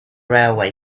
railway